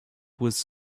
was